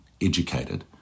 educated